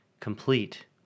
Complete